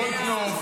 גולדקנופ,